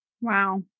wow